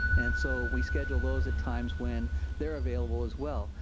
and so we schedule those at times when they're available as well.